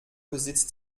besitzt